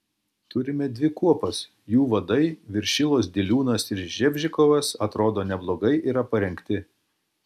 turime dvi kuopas jų vadai viršilos diliūnas ir ževžikovas atrodo neblogai yra parengti